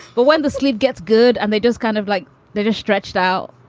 but when the sleep gets good and they just kind of like that is stretched out.